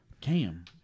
Cam